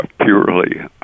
purely